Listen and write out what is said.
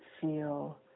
feel